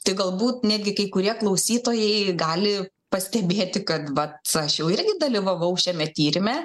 tai galbūt netgi kai kurie klausytojai gali pastebėti kad vat aš jau irgi dalyvavau šiame tyrime